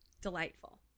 Delightful